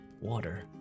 water